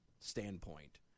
standpoint